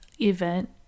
event